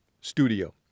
studio